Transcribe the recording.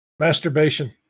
Masturbation